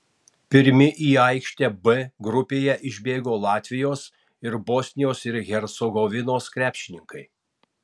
pirmi į aikštę b grupėje išbėgo latvijos ir bosnijos ir hercegovinos krepšininkai